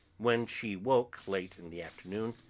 when she woke late in the afternoon,